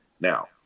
Now